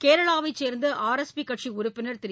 சேரளாவைச் சேர்ந்தஆர்எஸ்பிகட்சிஉறுப்பினர் திரு